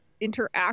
interact